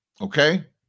Okay